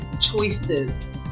choices